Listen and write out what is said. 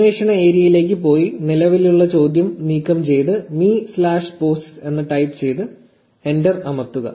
അന്വേഷണ ഏരിയയിലേക്ക് പോയി നിലവിലുള്ള ചോദ്യം നീക്കം ചെയ്ത് me slash posts' എന്ന് ടൈപ്പ് ചെയ്ത് എന്റർ അമർത്തുക